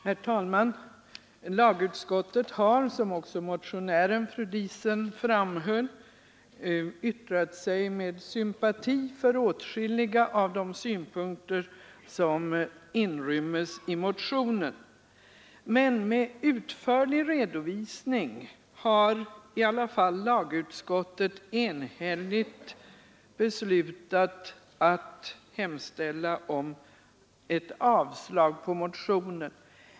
Herr talman! Lagutskottet har, som också motionären fru Diesen framhöll, yttrat sig med sympati för åtskilliga av de synpunkter som inryms i motionen. Med utförlig redovisning har i alla fall lagutskottet enhälligt beslutat att hemställa om avslag på motionen.